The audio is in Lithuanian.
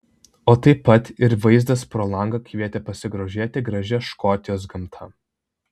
o taip pat ir vaizdas pro langą kvietė pasigrožėti gražia škotijos gamta